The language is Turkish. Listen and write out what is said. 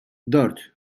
dört